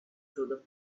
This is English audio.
through